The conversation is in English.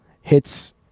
hits